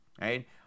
right